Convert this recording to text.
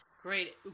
great